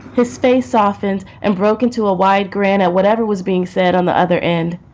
his face softened and broke into a wide grana, whatever was being said on the other end.